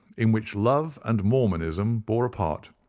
in which love and mormonism bore a part.